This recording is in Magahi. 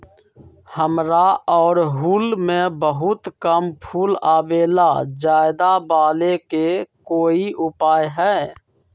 हमारा ओरहुल में बहुत कम फूल आवेला ज्यादा वाले के कोइ उपाय हैं?